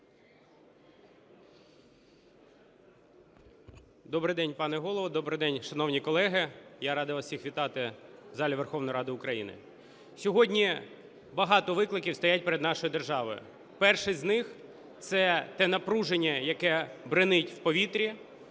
Добрий день, пане Голово. Добрий день, шановні колеги. Я радий вас всіх вітати в залі Верховної Ради України. Сьогодні багато викликів стоять перед нашою державою. Перший з них - це те напруження, яке бринить в повітрі